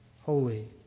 holy